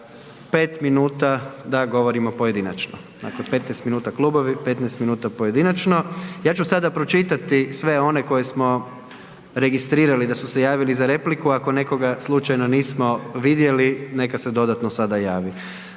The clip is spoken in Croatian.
5 minuta da govorimo pojedinačno. Dakle 15 minuta klubovi, 15 minuta pojedinačno. Ja ću sada pročitati sve one koje smo registrirali da su se javili za repliku, ako nekoga slučajno nismo vidjeli, neka se dodatno sada javi.